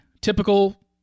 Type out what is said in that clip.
Typical